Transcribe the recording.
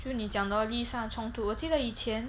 就你讲的 lor 利益上的冲突我记得以前